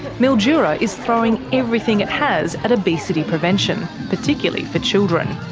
mildura is throwing everything it has at obesity prevention, particularly for children.